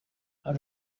how